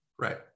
right